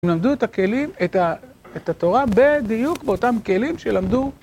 הם למדו את הכלים, את התורה, בדיוק באותם כלים שלמדו.